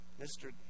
Mr